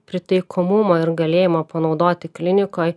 pritaikomumo ir galėjimo panaudoti klinikoj